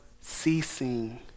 ceasing